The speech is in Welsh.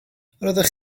roeddech